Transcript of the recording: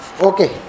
Okay